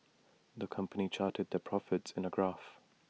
the company charted their profits in A graph